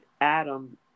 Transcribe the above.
Adam